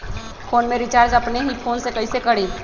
Phone में recharge अपने ही फ़ोन से कईसे करी?